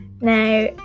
Now